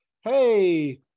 hey